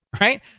right